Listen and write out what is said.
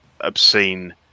obscene